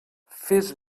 fes